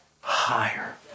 higher